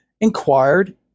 inquired